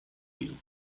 you